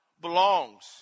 belongs